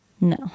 No